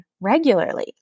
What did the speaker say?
regularly